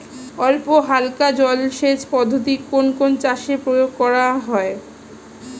অল্পহালকা জলসেচ পদ্ধতি কোন কোন চাষে প্রয়োগ করা হয়?